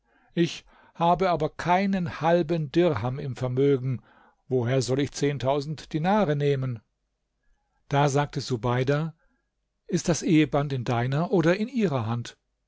ich habe aber keinen halben dirham im vermögen woher soll ich zehntausend dinare nehmen da sagte subeida ist das eheband in deiner oder in ihrer hand